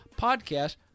podcast